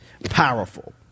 powerful